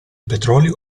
petrolio